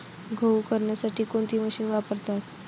गहू करण्यासाठी कोणती मशीन वापरतात?